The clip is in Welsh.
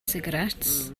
sigaréts